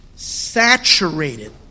Saturated